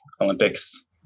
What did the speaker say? Olympics